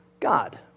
God